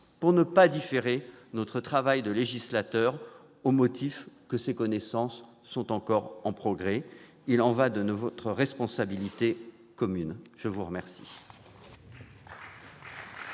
pour ne pas différer notre travail de législateur au motif que ces connaissances sont encore en progrès. Il y va de notre responsabilité commune. La parole